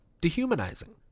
dehumanizing